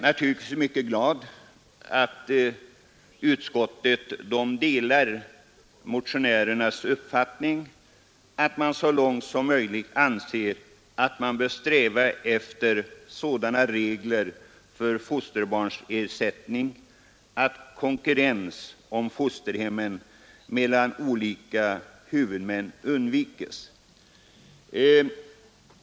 Naturligtvis är jag mycket glad över att utskottet delar motionärernas uppfattning att man så långt som möjligt bör sträva efter sådana regler för fosterbarnsersättning att konkurrens om fosterhemmen mellan olika huvudmän undviks.